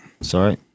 Sorry